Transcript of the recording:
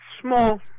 small